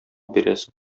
бирәсең